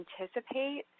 anticipate